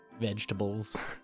vegetables